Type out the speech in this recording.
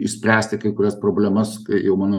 išspręsti kai kurias problemas kai jau mano